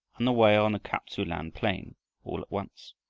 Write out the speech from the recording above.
and away on the kap-tsu-lan plain all at once.